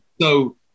So-